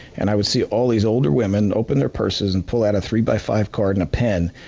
and i would see all these older women open their purses and pull out a three by five card and a pen,